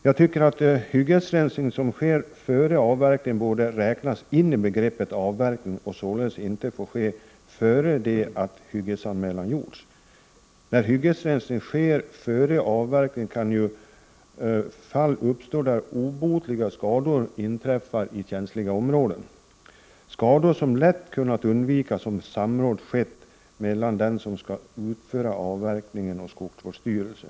Jag tycker att hyggesrensning som sker före avverkning borde räknas in i begreppet avverkning och således inte ske innan hyggesanmälan har gjorts. När hyggesrensning sker före avverkning kan ju fall uppstå där obotliga skador inträffar i känsliga områden. Det är skador som lätt kan undvikas om samråd sker mellan dem som utför avverkningen och skogsvårdsstyrelsen.